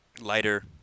Lighter